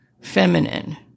feminine